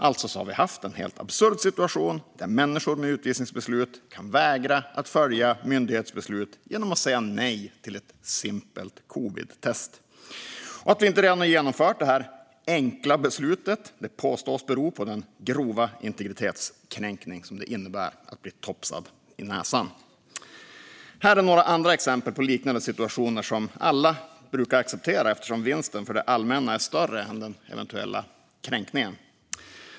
Alltså har vi haft en helt absurd situation, där människor med utvisningsbeslut har kunnat vägra att följa myndighetsbeslut genom att säga nej till ett simpelt covidtest. Att vi inte redan har genomfört det här enkla beslutet påstås bero på den grova integritetskränkning som det innebär att bli topsad i näsan. Här är några andra exempel på liknande situationer som alla brukar acceptera eftersom vinsten för det allmänna är större än den eventuella kränkningen.